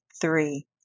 three